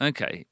Okay